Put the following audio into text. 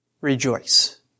rejoice